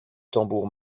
tambour